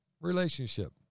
relationship